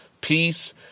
peace